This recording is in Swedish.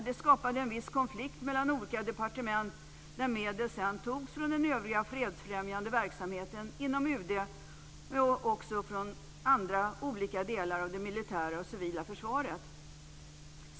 Det skapade en viss konflikt mellan olika departement, där medel sedan togs från den övriga fredsfrämjande verksamheten inom UD och även från olika delar av det militära och civila försvaret.